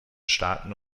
staaten